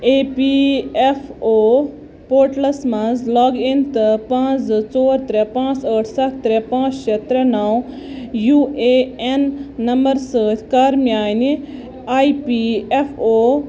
A P F O portals مَنٛز log in تہٕ پانٛژ زٕ ژور ترٛےٚ پانٛژ ٲٹھ ستھ ترٛےٚ پانٛژ شےٚ ترٛےٚ نو یوٗ ایٚے این نمبر سۭتۍ کَر میٛانہِ آئی پی ایف او